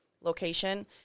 location